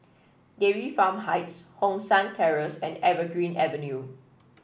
Dairy Farm Heights Hong San Terrace and Evergreen Avenue